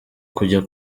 kujya